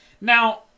Now